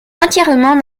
entièrement